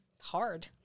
hard